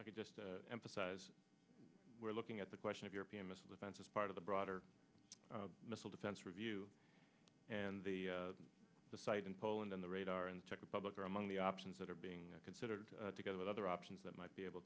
i could just emphasize we're looking at the question of european missile defense as part of the broader missile defense review and the site in poland and the radar and czech republic are among the options that are being considered together with other options that might be able